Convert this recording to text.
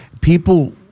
people